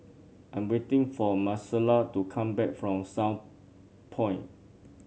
I'm waiting for Maricela to come back from Southpoint